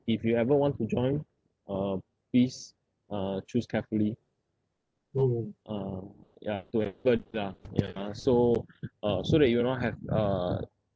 if you ever want to join uh please uh choose carefully uh ya to have uh so uh so that you will not have uh